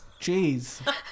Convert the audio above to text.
Jeez